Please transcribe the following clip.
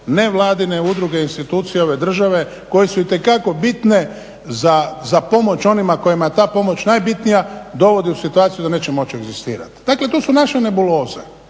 nevladine udruge, institucije ove države koje su itekako bitne za pomoć onima kojima je ta pomoć najbitnija dovodi u situaciju da neće moći egzistirati. Dakle, to su naše nebuloze.